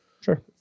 Sure